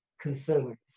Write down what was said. consumers